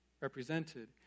represented